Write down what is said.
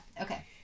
Okay